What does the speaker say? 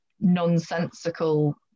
nonsensical